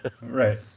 Right